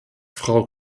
frau